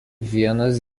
vienas